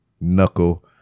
knuckle